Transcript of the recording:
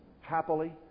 happily